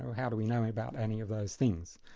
how do we know about any of those things?